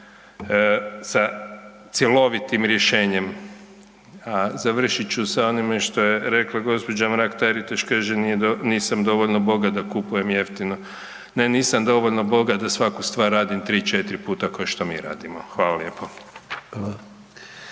sa cjelovitim rješenjem. Završit ću sa onime što je rekla gđa. Mrak-Taritaš, kaže nisam dovoljno bogat da kupujem jeftino. Ne nisam dovoljno bogat da svaku stvar radim 3-4 puta košto mi radimo. Hvala lijepo.